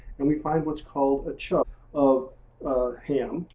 and we find what's called a chub of ham